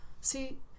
See